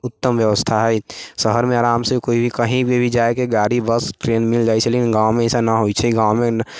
उत्तम बेबस्था हइ शहरमे आरामसँ कोइ भी कहीँ भी जाकऽ गाड़ी बस ट्रेन मिल जाइ छै लेकिन गाँवमे अइसा नहि होइ छै गाँवमे